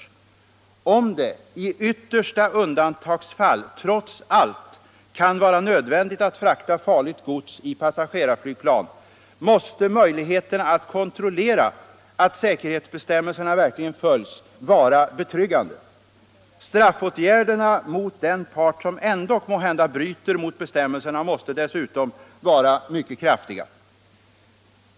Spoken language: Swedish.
Om = rarflygplan det i yttersta undantagsfall trots allt kan vara nödvändigt att frakta farligt gods i passagerarflygplan, så måste möjligheterna att kontrollera att säkerhetsbestämmelserna verkligen följs vara betryggande. Straffåtgärderna mot den part som ändock måhända bryter mot bestämmelserna måste dessutom vara mycket kraftiga.